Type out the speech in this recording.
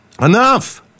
Enough